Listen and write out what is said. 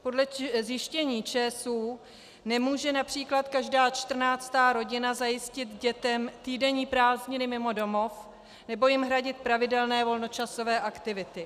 Podle zjištění ČSÚ nemůže například každá 14. rodina zajistit dětem týdenní prázdniny mimo domov nebo jim hradit pravidelné volnočasové aktivity.